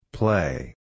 Play